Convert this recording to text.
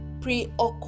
preoccupied